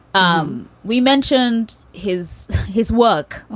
um we mentioned his his work.